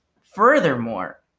Furthermore